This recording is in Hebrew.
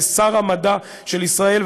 כשר המדע של ישראל.